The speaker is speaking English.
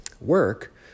work